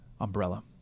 umbrella